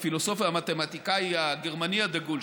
הפילוסוף והמתמטיקאי הגרמני הדגול,